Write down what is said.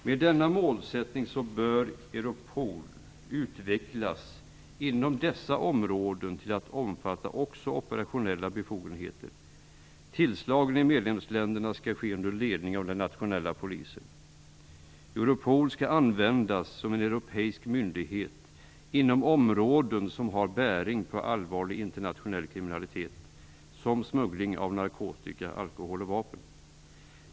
Med denna målsättning bör Europol inom dessa områden utvecklas till att omfatta också operationella befogenheter. Tillslagen i medlemsländerna skall ske under ledning av den nationella polisen. Europol skall användas som en europeisk myndighet inom områden som har bäring på allvarlig internationell kriminalitet, såsom smuggling av narkotika, alkohol och vapen.